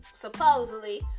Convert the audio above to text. supposedly